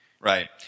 Right